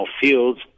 fields